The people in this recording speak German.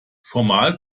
formal